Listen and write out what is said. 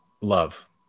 love